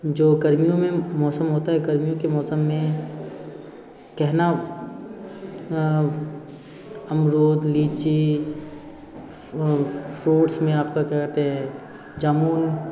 जो गर्मियों में मौसम होता है गर्मियों के मौसम में कहना अमरुद लीची फ्रूट्स में आपका क्या कहते है जामुन